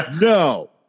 No